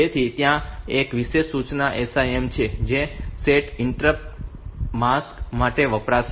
તેથી ત્યાં એક વિશેષ સૂચના SIM છે જે સેટ ઇન્ટરપ્ટ માસ્ક માટે વપરાય છે